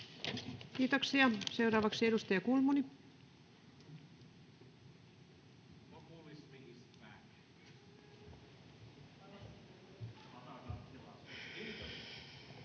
Kiitoksia. — Seuraavaksi edustaja Kulmuni.